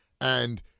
and-